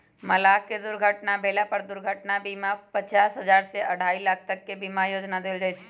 मलाह के दुर्घटना भेला पर दुर्घटना बीमा पचास हजार से अढ़ाई लाख तक के बीमा योजना देल जाय छै